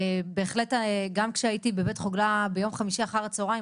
בהחלט גם כשהייתי בבית חגלה ביום חמישי אחר הצוהריים,